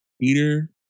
Peter